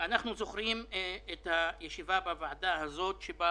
אנחנו זוכרים את הישיבה בוועדה הזאת שבה